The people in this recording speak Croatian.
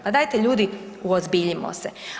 Pa dajte ljudi uozbiljimo se.